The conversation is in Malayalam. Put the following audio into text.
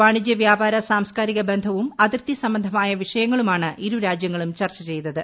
വാണിജ്യ വ്യാപാര സാംസ്കാരിക ബന്ധവും അതിർത്തി സംബന്ധമായ വിഷയങ്ങളുമാണ് ഇരു രാജ്യങ്ങളും ചർച്ച ചെയ്തത്